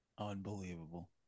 Unbelievable